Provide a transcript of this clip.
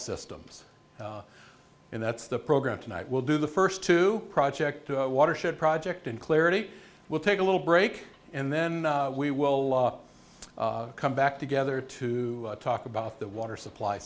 systems and that's the program tonight we'll do the first two project a watershed project in clarity we'll take a little break and then we will come back together to talk about the water supply